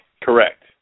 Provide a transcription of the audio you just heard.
Correct